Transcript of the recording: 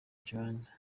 kibanza